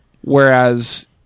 Whereas